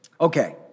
Okay